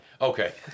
Okay